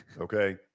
okay